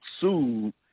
sued